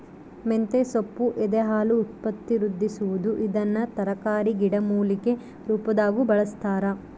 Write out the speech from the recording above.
ಮಂತೆಸೊಪ್ಪು ಎದೆಹಾಲು ಉತ್ಪತ್ತಿವೃದ್ಧಿಸುವದು ಇದನ್ನು ತರಕಾರಿ ಗಿಡಮೂಲಿಕೆ ರುಪಾದಾಗೂ ಬಳಸ್ತಾರ